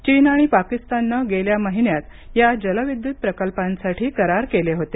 चीन आणि पाकिस्ताननं गेल्या महिन्यात या जलविद्युत प्रकल्पांसाठी करार केले होते